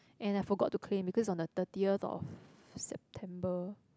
and I forgot to claim because on the thirtieth of September